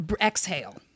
exhale